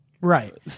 Right